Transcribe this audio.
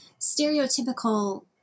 stereotypical